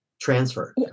transfer